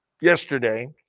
yesterday